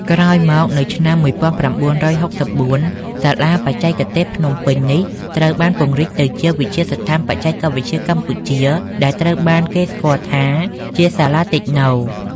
ក្រោយមក នៅឆ្នាំ ១៩៦៤ សាលាបច្ចេកទេសភ្នំពេញនេះត្រូវបានពង្រីកទៅជា វិទ្យាស្ថានបច្ចេកវិទ្យាកម្ពុជា ដែលត្រូវបានគេស្គាល់ថាជា សាលាតិចណូ។